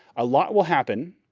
a lot will happen,